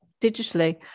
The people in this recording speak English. digitally